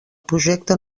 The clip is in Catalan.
projecte